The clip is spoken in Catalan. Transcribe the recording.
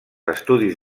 estudis